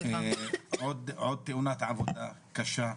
מדברים עוד תאונת עבודה קשה,